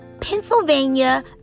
pennsylvania